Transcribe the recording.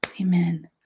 Amen